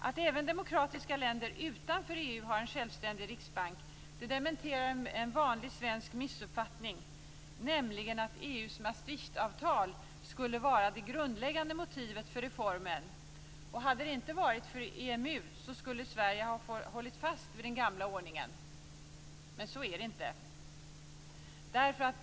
Att även demokratiska länder utanför EU har en självständig riksbank dementerar en vanlig svensk missuppfattning, nämligen att EU:s Maastrichtavtal skulle vara det grundläggande motivet för reformen och hade det inte varit för EMU skulle Sverige ha hållit fast vid den gamla ordningen. Men så är det inte.